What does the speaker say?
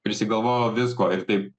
prisigalvojau visko ir taip